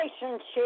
relationship